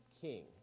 king